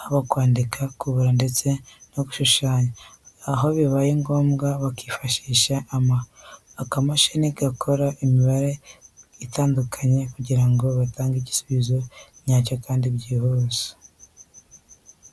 haba kwandika, kubara ndetse no gushushanya, aho bibaye ngombwa bakifashisha akamashini gakora imibare itandukanye kugira ngo batange igisubizo nyacyo kandi cyihuse.